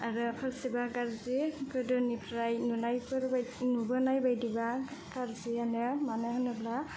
आरो फारसेबा गाज्रि गोदोनिफ्राय नुनायफोर नुबोनाय बायदिब्ला गाज्रिआनो मानो होनोब्ला